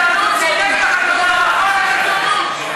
ללמוד, חבר הכנסת סמוטריץ.